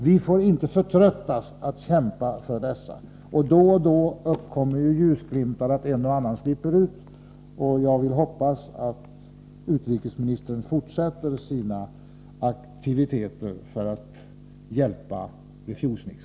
Vi får inte förtröttas att kämpa för dessa. Då och då får vi ljusglimtar— en och annan slipper ut. Jag hoppas att utrikesministern fortsätter sina aktiviteter för att hjälpa refuseniks.